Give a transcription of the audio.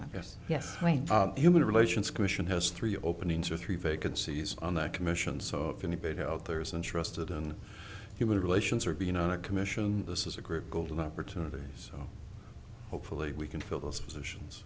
point out human relations commission has three openings or three vacancies on that commission so if anybody out there is interested in human relations or being on a commission this is a great golden opportunity so hopefully we can fill those positions